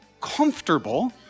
comfortable